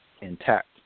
intact